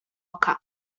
oka